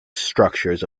structures